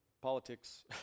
Politics